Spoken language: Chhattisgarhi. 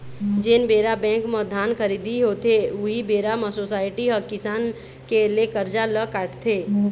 जेन बेरा बेंक म धान खरीदी होथे, उही बेरा म सोसाइटी ह किसान के ले करजा ल काटथे